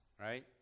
right